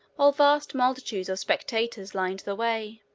while vast multitudes of spectators lined the way.